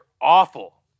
awful